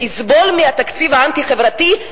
שיסבול מהתקציב האנטי-חברתי,